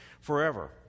forever